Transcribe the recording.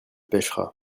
pêchera